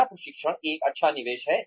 क्या प्रशिक्षण एक अच्छा निवेश है